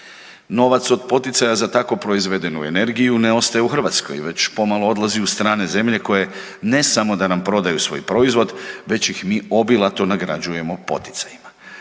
Novac od poticaja za tako proizvedenu energiju ne ostaje u Hrvatskoj već pomalo odlazi u strane zemlje koje ne samo da nam prodaju svoj proizvod već ih mi obilato nagrađujemo poticajima.